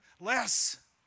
less